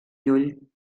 llull